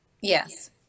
Yes